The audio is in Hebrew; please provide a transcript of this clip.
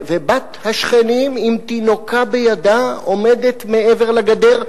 ובת השכנים עם תינוקה בידה עומדת מעבר לגדר,